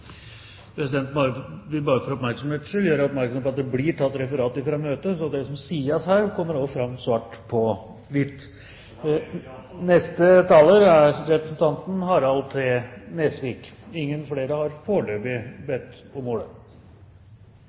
Presidenten vil bare gjøre oppmerksom på at det blir tatt referat fra møtet, så det som sies her, kommer også fram svart på hvitt. Denne debatten begynner nå å ta en form og gå i en retning som er